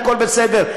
הכול בסדר.